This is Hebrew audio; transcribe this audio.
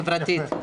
חברתית.